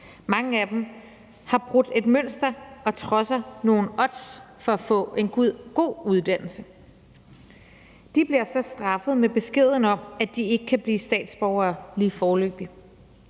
Mange af dem har brudt et mønster og trodser nogle odds for at få en god uddannelse. De bliver så straffet med beskeden om, at de ikke kan blive statsborgere lige foreløbig.